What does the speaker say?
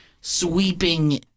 sweeping